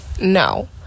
No